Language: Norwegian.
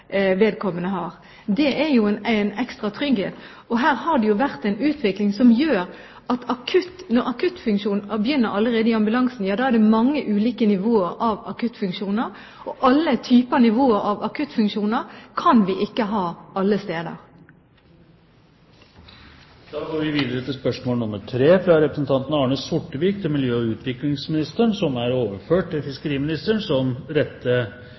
vedkommende har. Det er jo en ekstra trygghet. Når akuttfunksjonen begynner allerede i ambulansen, har det vært en utvikling der det er mange ulike nivåer av akuttfunksjoner, og alle typer nivåer av akuttfunksjoner kan vi ikke ha alle steder. Dette spørsmålet, fra representanten Arne Sortevik til miljø- og utviklingsministeren, er overført til fiskeriministeren som rette